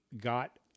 got